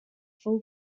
full